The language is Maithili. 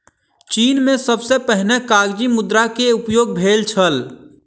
चीन में सबसे पहिने कागज़ी मुद्रा के उपयोग भेल छल